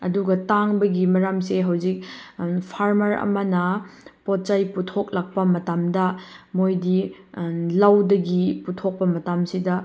ꯑꯗꯨꯒ ꯇꯥꯡꯕꯒꯤ ꯃꯔꯝꯁꯦ ꯍꯧꯖꯤꯛ ꯐꯥꯔꯃꯔ ꯑꯃꯅ ꯄꯣꯠ ꯆꯩ ꯄꯨꯊꯣꯛꯂꯛꯄ ꯃꯇꯝꯗ ꯃꯣꯏꯗꯤ ꯂꯧꯗꯒꯤ ꯄꯨꯊꯣꯛꯄ ꯃꯇꯝꯁꯤꯗ